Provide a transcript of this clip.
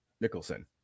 Nicholson